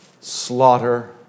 slaughter